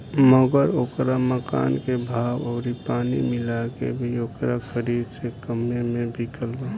मगर ओकरा मकान के भाव अउरी पानी मिला के भी ओकरा खरीद से कम्मे मे बिकल बा